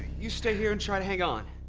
you stay here and try to hang on